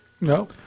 No